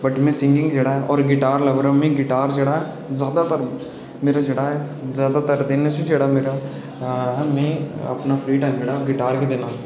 but में singing जेह्ड़ा और गिटार जेह्ड़ा गिटार लबरमिगं ऐ ज्यादातर में अपना फ्री टाइम जेह्ड़ा गिटार गी दिंदा हा